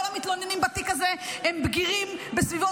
כל המתלוננים בתיק הזה הם בגירים בסביבות